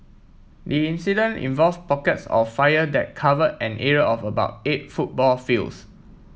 the incident involves pockets of fire that covered an area of about eight football fields